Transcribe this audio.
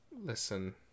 Listen